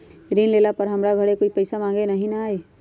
ऋण लेला पर हमरा घरे कोई पैसा मांगे नहीं न आई?